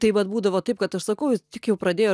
tai vat būdavo taip kad aš sakau is tik jau pradėjo